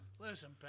Listen